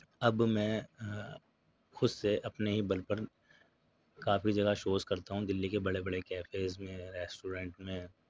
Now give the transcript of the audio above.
اب میں خود سے اپنے ہی بل پر کافی جگہ شوز کرتا ہوں دلّی کے بڑے بڑے کیفیز میں ریسٹورینٹ میں